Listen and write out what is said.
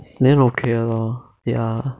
then okay lor ya